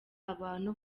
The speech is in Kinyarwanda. abantu